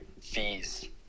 fees